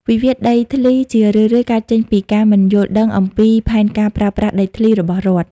វិវាទដីធ្លីជារឿយៗកើតចេញពីការមិនយល់ដឹង អំពី "ផែនការប្រើប្រាស់ដីធ្លី" របស់រដ្ឋ។